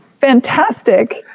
Fantastic